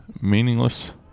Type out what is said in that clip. meaningless